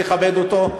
תכבד אותו.